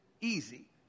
easy